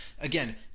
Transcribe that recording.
Again